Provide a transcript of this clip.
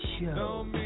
show